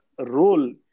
role